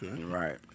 Right